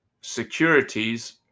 securities